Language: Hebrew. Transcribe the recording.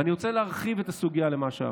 אבל אני רוצה להרחיב את הסוגיה למה שאמרת.